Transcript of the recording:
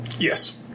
Yes